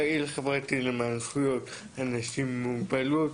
פעיל חברתי למען זכויות אנשים עם מוגבלות,